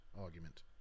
argument